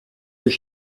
does